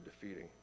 defeating